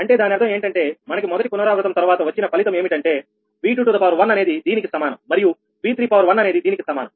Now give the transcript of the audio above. అంటే దాని అర్థం ఏంటంటే మనకి మొదటి పునరావృతం తర్వాత వచ్చిన ఫలితం ఏమిటంటే 𝑉21 అనేది దీనికి సమానం మరియు 𝑉31 అనేది దీనికి సమానం